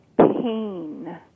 pain